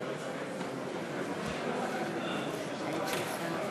(חותם על ההצהרה)